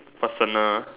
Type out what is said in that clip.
personal